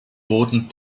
boden